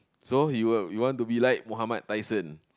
so you uh you want to be like Mohammad Tyson